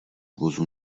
vozů